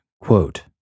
quote